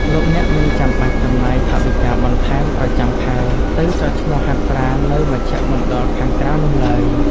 លោកអ្នកមិនចាំបាច់ចំណាយថវិកាបន្ថែមប្រចាំខែទៅចុះឈ្មោះហាត់ប្រាណនៅមជ្ឈមណ្ឌលខាងក្រៅនោះឡើយ។